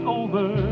over